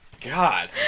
God